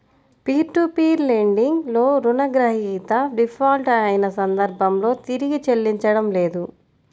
peer to peer lending లో రుణగ్రహీత default అయిన సందర్భంలో తిరిగి చెల్లించడం లేదు